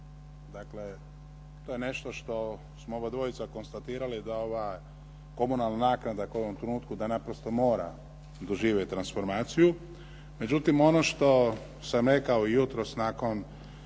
Dakle, to je nešto što smo obadvojica konstatirali da ova komunalna naknada koja je u ovom trenutku da naprosto mora doživjet transformaciju. Međutim, ono što sam rekao i jutros nakon